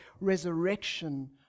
resurrection